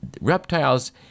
reptiles